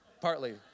Partly